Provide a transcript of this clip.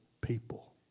people